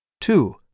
Two